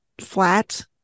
flat